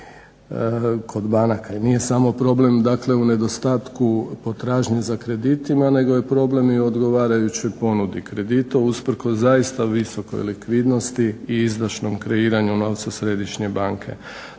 kod banaka i nije samo problem dakle u nedostatku potražnje za kreditima nego je problem i u odgovarajućoj ponudi kredita usprkos zaista visokoj likvidnosti i izdašnom kreiranju novca Središnje banke.